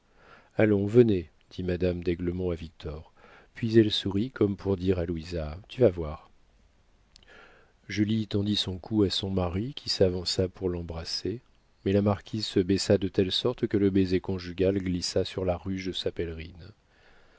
allons venez dit madame d'aiglemont à victor puis elle sourit comme pour dire à louisa tu vas voir julie tendit son cou à son mari qui s'avança pour l'embrasser mais la marquise se baissa de telle sorte que le baiser conjugal glissa sur la ruche de sa pèlerine